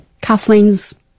Kathleen's